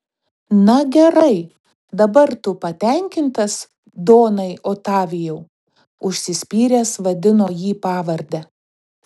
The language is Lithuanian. na gerai dabar tu patenkintas donai otavijau užsispyręs vadino jį pavarde